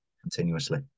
continuously